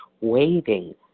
waiting